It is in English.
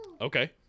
Okay